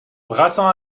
brasañ